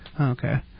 okay